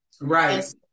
Right